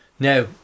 Now